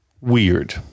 weird